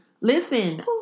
Listen